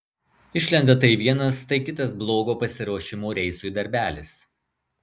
išlenda tai vienas tai kitas blogo pasiruošimo reisui darbelis